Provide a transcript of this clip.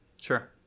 sure